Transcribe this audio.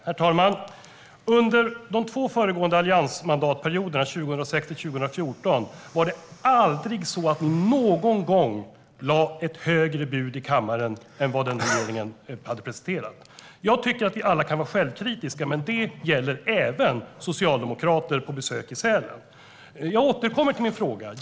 Herr talman! Under de två föregående alliansmandatperioderna, 2006-2014, var det aldrig så att man lade ett högre bud i kammaren än vad regeringen hade presenterat. Jag tycker att vi alla kan vara självkritiska, men det gäller även socialdemokrater på besök i Sälen. Jag återkommer till min fråga.